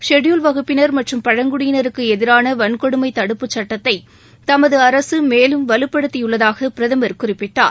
scheduled வகுப்பினர் மற்றும் பழங்குடியினருக்கு எதிரான வன்கொடுமை தடுப்பு சுட்டத்தை தமது அரசு மேலும் வலுப்படுத்தியுள்ளதாக பிரதமர் குறிப்பிட்டார்